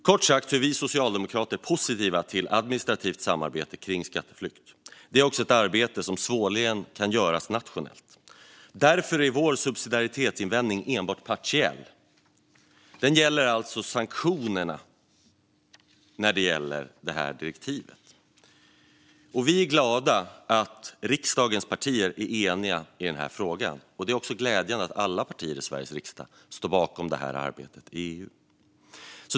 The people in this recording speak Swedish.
Kort sagt är vi socialdemokrater positiva till administrativt samarbete kring skatteflykt. Det är också ett arbete som svårligen kan göras nationellt. Därför är vår subsidiaritetsinvändning enbart partiell, och den gäller alltså sanktionerna enligt direktivet. Vi är glada över att riksdagens partier är eniga i denna fråga, och det är också glädjande att alla partier i Sveriges riksdag står bakom detta arbete i EU.